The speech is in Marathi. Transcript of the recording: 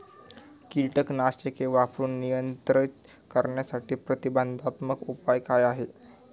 कीटकनाशके वापरून नियंत्रित करण्यासाठी प्रतिबंधात्मक उपाय काय आहेत?